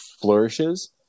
flourishes